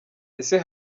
ese